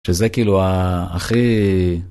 שזה כאילו ה... הכי....